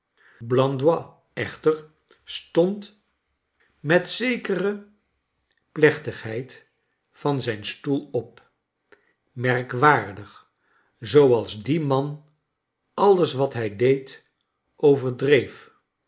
blandois echter stond met zekere plechtigheid van zijn stoel op merkwaardig zooals die man alles wat hij deed overdreef